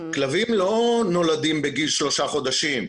כלבים לא נולדים בגיל שלושה חודשים,